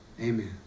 Amen